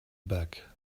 back